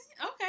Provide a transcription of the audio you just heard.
okay